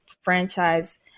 franchise